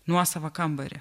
nuosavą kambarį